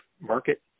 Market